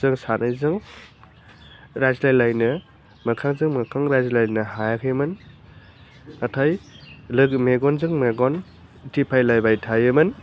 जों सानैजों रायज्लायलायनो मोखांजों मोखां रायज्लायनो हायाखैमोन नाथाय लोगो मेगनजों मेगन थिफाइलायबाय थायोमोन